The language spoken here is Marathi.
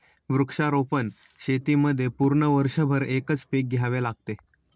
वृक्षारोपण शेतीमध्ये पूर्ण वर्षभर एकच पीक घ्यावे लागते